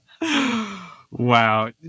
Wow